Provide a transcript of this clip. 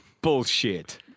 Bullshit